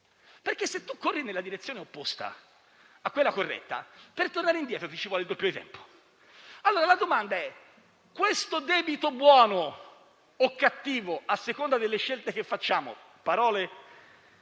Perché se si corre nella direzione opposta a quella corretta, per tornare indietro ci vuole il doppio del tempo. La domanda da porsi è se questo debito, buono o cattivo a seconda delle scelte che facciamo - parole